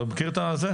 אתה מכיר את זה?